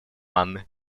анны